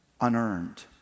unearned